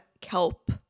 kelp